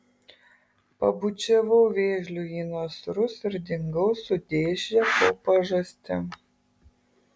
pabučiavau vėžliui į nasrus ir dingau su dėže po pažastim